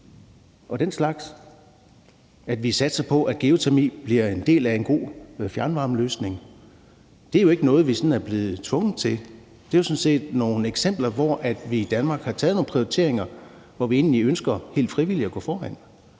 og den slags, hvor vi satser på, at geotermi bliver en del af en god fjernvarmeløsning. Det er jo ikke noget, vi er blevet tvunget til, det er sådan set nogle eksempler på, at vi i Danmark har foretaget nogle prioriteringer, hvor vi ønsker helt frivilligt at gå foran.